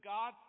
God